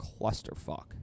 clusterfuck